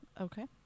Okay